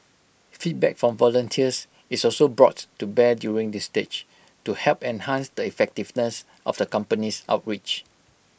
feedback from volunteers is also brought to bear during this stage to help enhance the effectiveness of the company's outreach